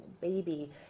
baby